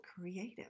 creative